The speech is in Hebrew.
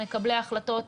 מקבלי ההחלטות,